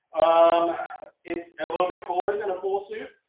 um it's a little bit cooler than a full suit.